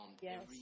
Yes